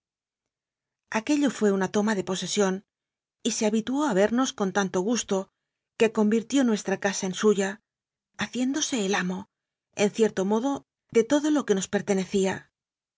aquello fué una toma de posesión y se habituó a vemos con tanto gusto que convirtió nuestra casa en suya haciéndose el amo en cierto modo de todo lo que nos pertenecía